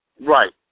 Right